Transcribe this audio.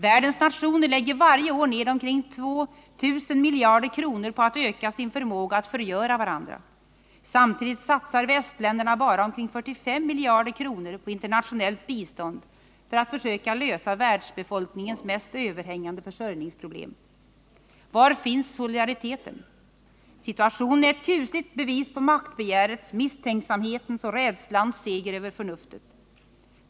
Världens nationer lägger varje år ned omkring 2 000 miljarder kronor på att öka sin förmåga att förgöra varandra. Samtidigt satsar västländerna bara omkring 45 miljarder kronor på internationellt bistånd för att försöka lösa världsbefolkningens mest överhängande försörjningsproblem. Var finns solidariteten? Situationen är ett kusligt bevis på maktbegärets, misstänksamhetens och rädslans seger över förnuftet.